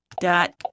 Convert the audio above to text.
dot